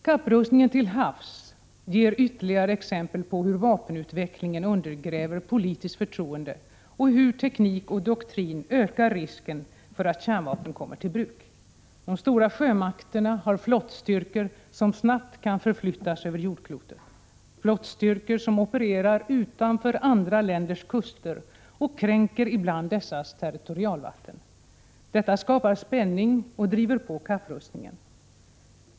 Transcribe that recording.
Kapprustningen till havs ger ytterligare exempel på hur vapenutvecklingen undergräver politiskt förtroende och hur teknik och doktrin ökar risken för att kärnvapen kommer till bruk. De stora sjömakterna har flottstyrkor som snabbt kan förflyttas över jordklotet, flottstyrkor som opererar utanför andra länders kuster och ibland kränker dessas territorialvatten. Detta skapar spänning och driver på kapprustningen.